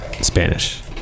Spanish